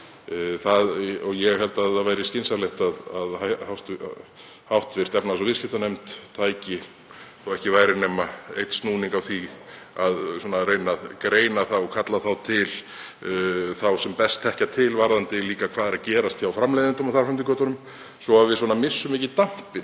að það væri skynsamlegt að hv. efnahags- og viðskiptanefnd tæki þó ekki væri nema einn snúning á því að reyna að greina það og kalla til þá sem best þekkja varðandi hvað er að gerast hjá framleiðendum og þar fram eftir götunum, svo að við missum ekki dampinn.